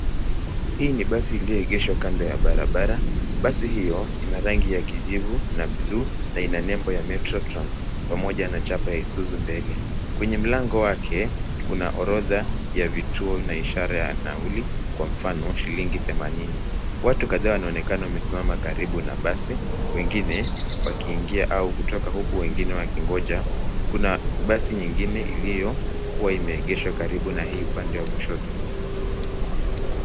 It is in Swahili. Hii ni basi iliyoegeshwa kando ya barabara. Basi hio ina rangi ya kijivu na buluu na ina nembo ya Metrotrans pamoja na chapa ya Isuzu mbele. Kwenye mlango wake kuna orudha ya vituo na ishara ya nauli kwa mfano shilingi themanini. Watu kadhaa wanaonekana wamesimama karibu na basi, wengine wakiingia huku wengine wakingoja. Kuna basi nyingine iliyokuwa imeegeshwa karibu na hii upande wa kushoto.